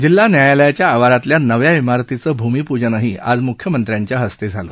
जिल्हा न्यायालयाच्या आवारातल्या नव्या इमारतीचं भूमिपूजनही आज मुख्यमंत्र्यांच्या हस्ते झाले